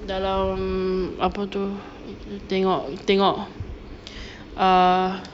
dalam apa tu kita tengok tengok err